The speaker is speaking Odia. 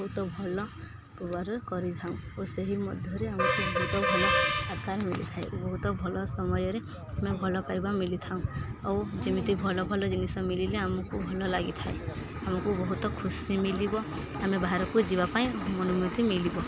ବହୁତ ଭଲ ପୁବାର କରିଥାଉ ଓ ସେହି ମଧ୍ୟରେ ଆମକୁ ବହୁତ ଭଲ ଆକାର ମିଳିିଥାଏ ଓ ବହୁତ ଭଲ ସମୟରେ ଆମେ ଭଲ ପାଇବା ମିଳିଥାଉ ଆଉ ଯେମିତି ଭଲ ଭଲ ଜିନିଷ ମିଳିଲେ ଆମକୁ ଭଲ ଲାଗିଥାଏ ଆମକୁ ବହୁତ ଖୁସି ମିଳିବ ଆମେ ବାହାରକୁ ଯିବା ପାଇଁ ଅନୁମତି ମିଳିବ